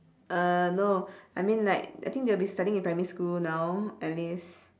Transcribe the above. uh no I mean like I think they'll be studying in primary school now at least